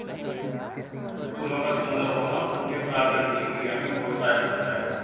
फूलों का सुंदर होना उनके परागण की क्रिया में बहुत सहायक होता है